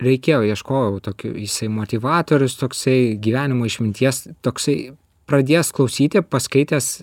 reikėjo ieškojau jisai motivatorius toksai gyvenimo išminties toksai pradės klausyti paskaitęs